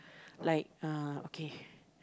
like uh okay